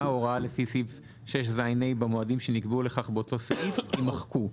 או הוראה לפי סעיף 6ז(ה) במועדים שנקבעו לכך באותו סעיף," יימחקו.